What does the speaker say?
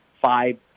five